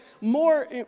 more